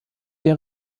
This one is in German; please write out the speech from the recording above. der